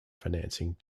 financing